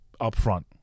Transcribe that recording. upfront